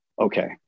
okay